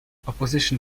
opposition